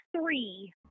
three